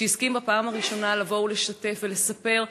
שהסכים בפעם הראשונה לבוא ולשתף ולספר,